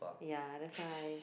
yeah that's why